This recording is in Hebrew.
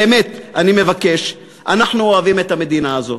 באמת, אני מבקש, אנחנו אוהבים את המדינה הזאת.